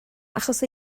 achos